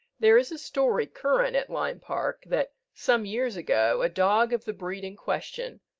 there is a story current at lyme park, that some years ago a dog of the breed in question,